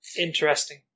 Interesting